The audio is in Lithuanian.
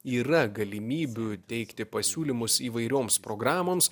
yra galimybių teikti pasiūlymus įvairioms programoms